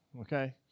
okay